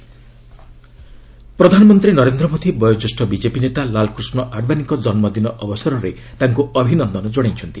PM Advani ପ୍ରଧାନମନ୍ତ୍ରୀ ନରେନ୍ଦ୍ର ମୋଦି ବୟୋଜ୍ୟେଷ BJP ନେତା ଲାଲ୍କ୍ରିଷ୍ଣ ଆଡ଼ୱାନିଙ୍କ କନ୍ମଦିନ ଅବସରରେ ତାଙ୍କୁ ଅଭିନନ୍ଦନ ଜଣାଇଛନ୍ତି